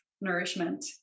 nourishment